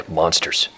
monsters